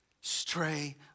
stray